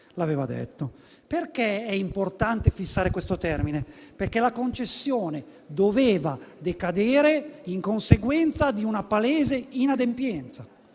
Perché è importante fissare questo termine? Perché la concessione doveva decadere in conseguenza di una palese inadempienza